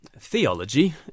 Theology